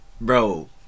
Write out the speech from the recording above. bro